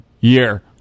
year